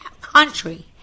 country